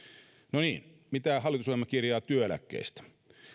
no niin mitä hallitusohjelma kirjaa työeläkkeistä